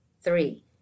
Three